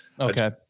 Okay